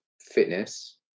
fitness